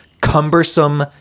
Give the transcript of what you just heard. cumbersome